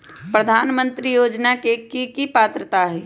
प्रधानमंत्री योजना के की की पात्रता है?